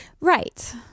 Right